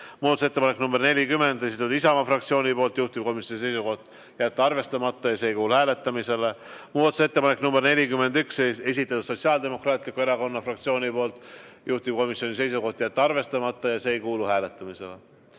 Muudatusettepanek nr 40, esitanud Isamaa fraktsioon, juhtivkomisjoni seisukoht on jätta arvestamata ja see ei kuulu hääletamisele. Muudatusettepanek nr 41, esitanud Sotsiaaldemokraatliku Erakonna fraktsioon, juhtivkomisjoni seisukoht on jätta arvestamata ja see ei kuulu hääletamisele.